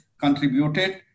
contributed